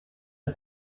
the